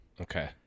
okay